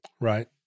Right